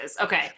Okay